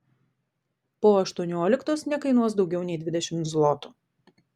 po aštuonioliktos nekainuos daugiau nei dvidešimt zlotų